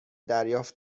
دریافت